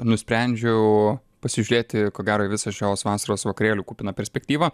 nusprendžiau pasižiūrėti ko gero visą šios vasaros vakarėlių kupiną perspektyvą